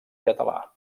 català